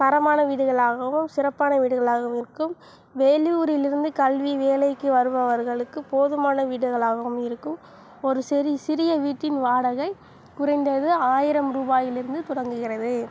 தரமான வீடுகளாகவும் சிறப்பான வீடுகளாகவும் இருக்கும் வேலூரில் இருந்து கல்வி வேலைக்கு வருபவர்களுக்கு போதுமான வீடுகளாகவும் இருக்கும் ஒரு சிறிய வீட்டின் வாடகை குறைந்தது ஆயிரம் ரூபாயிலிருந்து தொடங்குகிறது